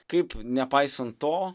kaip nepaisant to